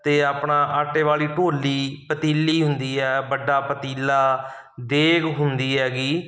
ਅਤੇ ਆਪਣਾ ਆਟੇ ਵਾਲੀ ਢੋਲੀ ਪਤੀਲੀ ਹੁੰਦੀ ਆ ਵੱਡਾ ਪਤੀਲਾ ਦੇਗ ਹੁੰਦੀ ਹੈਗੀ